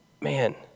man